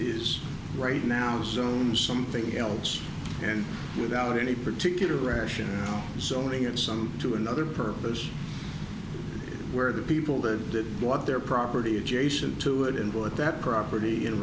is right now soon something else and without any particular rationale sewing and some to another purpose where the people there did what their property adjacent to it and what that property in